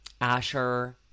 asher